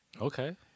Okay